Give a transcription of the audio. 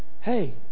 hey